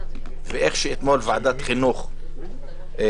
כמו שאתמול ועדת חינוך ביטלה